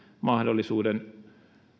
mahdollisuuden